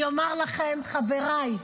אני אומרת לכם, חבריי,